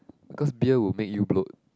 because beer will make you bloat